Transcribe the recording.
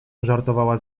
żartowała